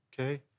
okay